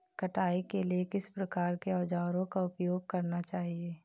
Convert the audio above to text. कटाई के लिए किस प्रकार के औज़ारों का उपयोग करना चाहिए?